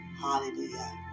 Hallelujah